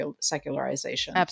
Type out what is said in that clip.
secularization